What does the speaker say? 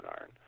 iron